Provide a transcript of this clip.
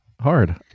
hard